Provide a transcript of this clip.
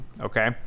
okay